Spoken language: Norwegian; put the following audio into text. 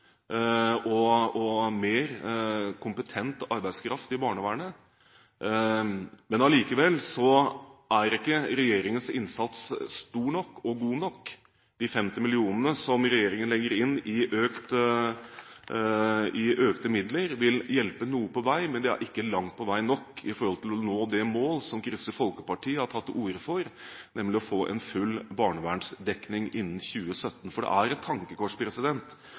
og mer kompetent arbeidskraft i barnevernet. Men allikevel er ikke regjeringens innsats stor nok og god nok. De 50 mill. kr som regjeringen legger inn i økte midler, vil hjelpe noe på vei, men det er ikke langt på vei nok for å nå det mål som Kristelig Folkeparti har tatt til orde for, nemlig å få full barnevernsdekning innen 2017. Det er et tankekors